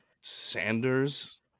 Sanders